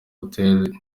hotel